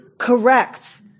Correct